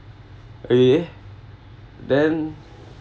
okay then